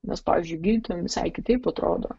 nes pavyzdžiui gydytojam visai kitaip atrodo